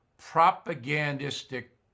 propagandistic